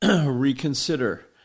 reconsider